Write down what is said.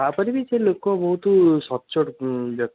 ତାପରେ ବି ସେ ଲୋକ ବହୁତ ସଚ୍ଚୋଟ ବ୍ୟକ୍ତି